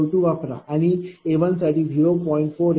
486042 वापरा आणि A साठी 0